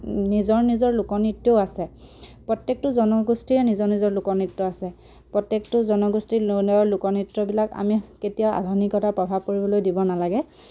নিজৰ নিজৰ লোকনৃত্যও আছে প্ৰত্যেকটো জনগোষ্ঠীৰে নিজৰ নিজৰ লোকনৃত্য আছে প্ৰত্যেকটো জনগোষ্ঠীৰ লোকনৃত্যবিলাক আমি কেতিয়াও আধুনিকতাৰ প্ৰভাৱ পৰিবলৈ দিব নালাগে